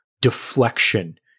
deflection